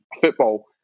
football